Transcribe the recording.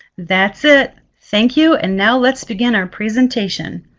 that's it, thank you and now let's begin our presentation.